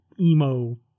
emo